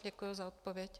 Děkuji za odpověď.